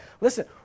listen